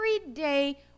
everyday